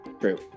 True